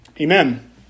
Amen